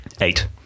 Eight